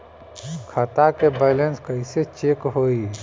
खता के बैलेंस कइसे चेक होई?